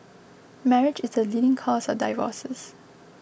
marriage is the leading cause of divorces